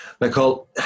Nicole